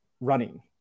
running